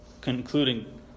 concluding